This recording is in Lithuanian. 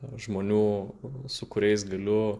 žmonių su kuriais galiu